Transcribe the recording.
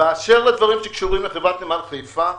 באשר לדברים שקשורים לחברת נמל חיפה,